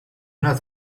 not